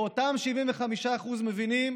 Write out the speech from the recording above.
ואותם 75% מבינים